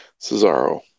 Cesaro